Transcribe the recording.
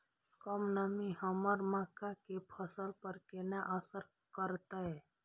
कम नमी हमर मक्का के फसल पर केना असर करतय?